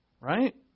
right